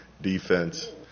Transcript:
defense